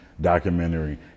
documentary